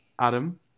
adam